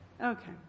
Okay